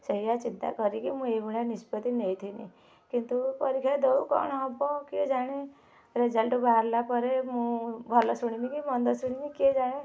ସେୟା ଚିନ୍ତା କରିକି ମୁଁ ଏହିଭଳିଆ ନିଷ୍ପତ୍ତି ନେଇଥିଲି କିନ୍ତୁ ପରୀକ୍ଷା ଦଉ କ'ଣ ହବ କିଏ ଜାଣେ ରେଜଲ୍ଟ ବାହାରିବା ପରେ ମୁଁ ଭଲ ଶୁଣିବି କି ମନ୍ଦ ଶୁଣିବି କିଏ ଜାଣେ